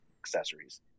accessories